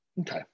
Okay